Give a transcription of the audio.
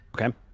Okay